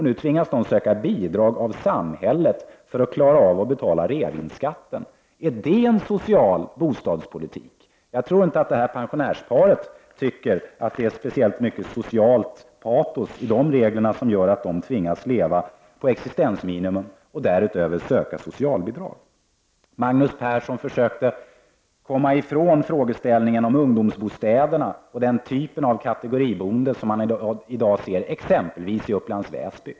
Nu tvingas de söka bidrag från samhället för att klara av att betala reavinstskatten. Är det en social bostadspolitik? Jag tror inte att det här pensionärsparet tycker att det är speciellt mycket av socialt patos i de regler som gör att de tvingas leva på existensminimum och därutöver söka socialbidrag. Magnus Persson försökte komma ifrån frågan om ungdomsbostäderna och den typ av kategoriboende som man i dag ser exempelvis i Upplands Väsby.